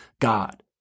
God